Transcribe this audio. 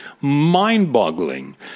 mind-boggling